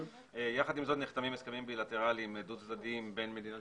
יחד עם זאת נחתמים הסכמים דו צדדים בין מדינת